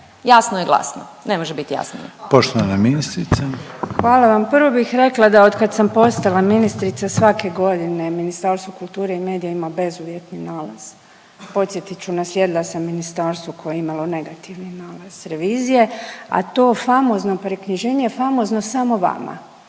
ministrice. **Obuljen Koržinek, Nina (HDZ)** Hvala vam. Prvo bih rekla da od kad sam postala ministrica svake godine Ministarstvo kulture i medija ima bezuvjetni nalaz. Podsjetit ću naslijedila sam ministarstvo koje je imalo negativni nalaz revizije, a to famozno preknjiženje je famozno samo vama